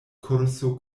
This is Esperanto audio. kurso